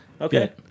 Okay